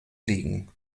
liegen